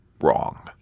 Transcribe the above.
wrong